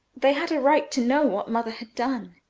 they had a right to know what mother had done,